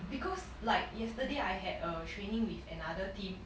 because like yesterday I had a training with another team